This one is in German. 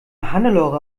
hannelore